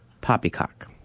Poppycock